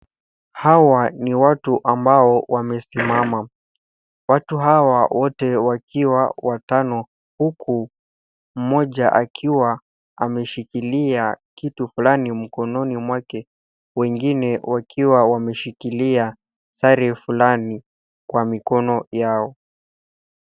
Hawa ni watu ambao wamesimama watu hawa wote wakiwa watano huku mmoja akiwa ameshikilia kitu fulani mkononi mwake. wengine wakiwa wameshikilia sare fulani.